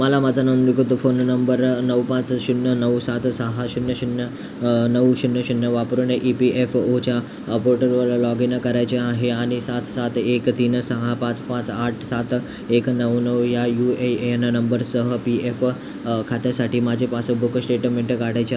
मला माझा नोंदणीकृत फोन नंबर नऊ पाच शून्य नऊ सात सहा शून्य शून्य नऊ शून्य शून्य वापरून ई पी एफ ओच्या पोर्टलवर लॉग इन करायचे आहे आणि सात सात एक तीन सहा पाच पाच आठ सात एक नऊ नऊ या यू ए एन नंबरसह पी एफ खात्यासाठी माझे पासबुक स्टेटमेंट काढायचे आ